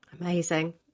Amazing